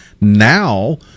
Now